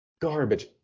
Garbage